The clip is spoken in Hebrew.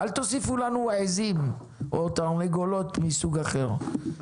אל תוסיפו לנו עזים או תרנגולות מסוג אחר.